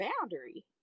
boundary